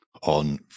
on